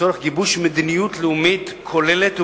לצורך גיבוש מדיניות לאומית כוללת ומאוזנת.